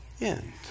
end